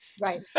right